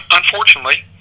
unfortunately